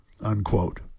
unquote